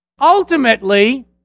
Ultimately